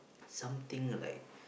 something like